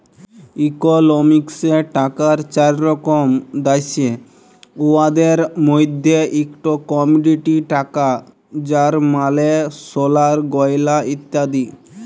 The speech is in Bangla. ইকলমিক্সে টাকার চার রকম দ্যাশে, উয়াদের মইধ্যে ইকট কমডিটি টাকা যার মালে সলার গয়লা ইত্যাদি